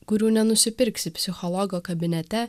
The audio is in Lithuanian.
kurių nenusipirksi psichologo kabinete